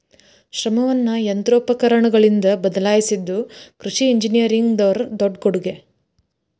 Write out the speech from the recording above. ಶ್ರಮವನ್ನಾ ಯಂತ್ರೋಪಕರಣಗಳಿಂದ ಬದಲಾಯಿಸಿದು ಕೃಷಿ ಇಂಜಿನಿಯರಿಂಗ್ ದವರ ದೊಡ್ಡ ಕೊಡುಗೆ